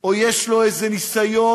או שיש לו איזה ניסיון